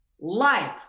life